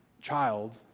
child